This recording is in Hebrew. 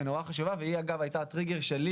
והיא מאוד חשוב וגם הייתה הטריגר שלי